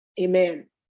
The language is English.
amen